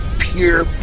pure